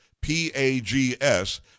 P-A-G-S